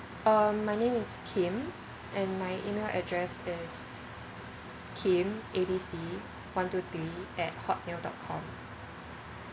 um my name is kim and my email address is kim A B C one two three at hotmail dot com